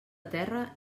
terra